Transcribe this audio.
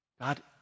God